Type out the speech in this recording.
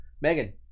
Megan